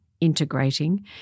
integrating